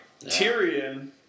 Tyrion